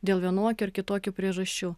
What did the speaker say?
dėl vienokių ar kitokių priežasčių